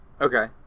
Okay